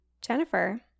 Jennifer